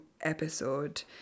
episode